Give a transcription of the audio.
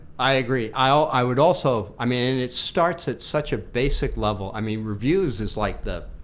i agree. i would also, i mean it starts at such a basic level. i mean reviews is like the.